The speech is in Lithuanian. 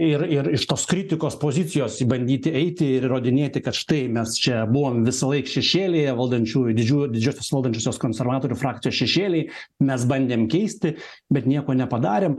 ir ir iš tos kritikos pozicijos bandyti eiti ir įrodinėti kad štai mes čia buvom visąlaik šešėlyje valdančiųjų didžiųjų didžiosios valdančiosios konservatorių frakcijos šešėly mes bandėm keisti bet nieko nepadarėm